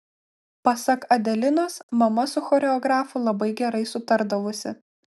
pasak adelinos mama su choreografu labai gerai sutardavusi